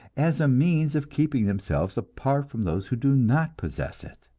as a means of keeping themselves apart from those who do not possess it.